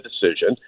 decision